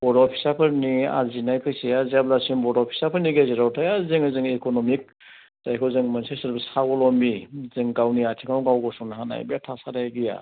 बर' फिसाफोरनि आरजिनाय फैसाया जेब्लासिम बर' फिसाफोरनि गेजेराव थाया जोङो जोंनि इक'न'मिक जायखौ जों मोनसे समाव साभ'लम्बि जों गावनि आथिङाव गाव गसंनो हानाय बे थासारिया गैया